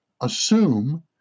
assume